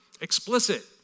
explicit